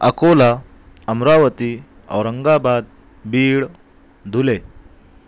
Akola Amravati Aurangabad Beed Dhule